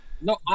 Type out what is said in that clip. no